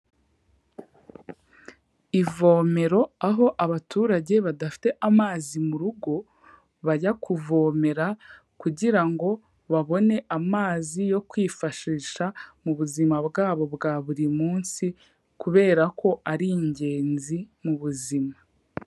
Ivomero aho abaturage badafite amazi mu rugo, bajya kuvomera, kugira ngo babone amazi, yo kwifashisha mu buzima bwabo bwa buri munsi, kubera ko ari ingenzi, mu buzima.